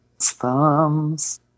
thumbs